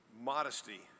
modesty